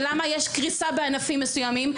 ולמה יש קריסה בענפים מסוימים?